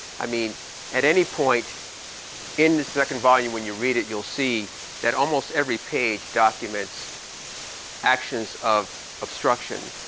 i mean at any point in the second volume when you read it, you'll see that almost every page documents actions of obstruction.